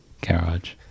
garage